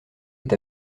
est